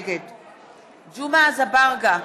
נגד ג'מעה אזברגה,